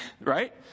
right